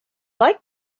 like